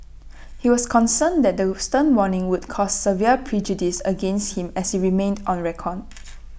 he was concerned that the stern warning would cause severe prejudice against him as IT remained on record